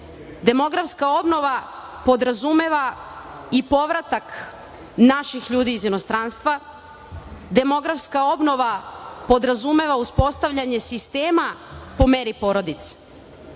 Demografska obnova podrazumeva i povratak naših ljudi iz inostranstva. Demografska obnova podrazumeva uspostavljanje sistema po meri porodice.